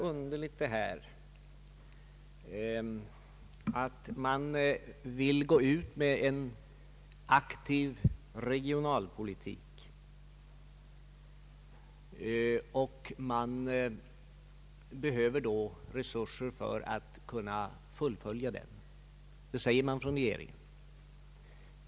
Regeringen har sagt sig vilja gå ut med en aktiv regionalpolitik och behöver då resurser för att kunna fullfölja den.